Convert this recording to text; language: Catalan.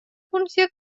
funció